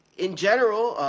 in general,